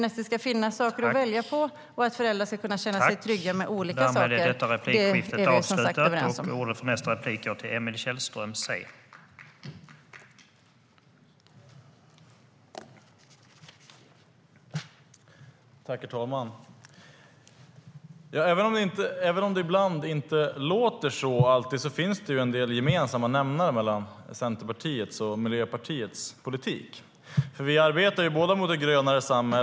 Att det ska finnas saker att välja på och att föräldrar ska känna sig trygga med olika saker är vi överens om.